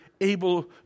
able